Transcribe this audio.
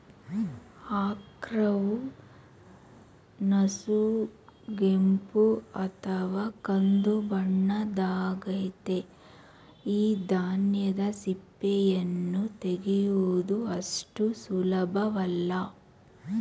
ಆರ್ಕವು ನಸುಗೆಂಪು ಅಥವಾ ಕಂದುಬಣ್ಣದ್ದಾಗಯ್ತೆ ಈ ಧಾನ್ಯದ ಸಿಪ್ಪೆಯನ್ನು ತೆಗೆಯುವುದು ಅಷ್ಟು ಸುಲಭವಲ್ಲ